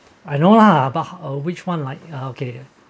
I know lah but uh which one like uh okay